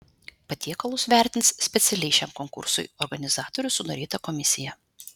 patiekalus vertins specialiai šiam konkursui organizatorių sudaryta komisija